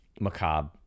macabre